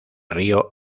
río